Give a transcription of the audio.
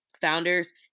founders